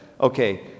okay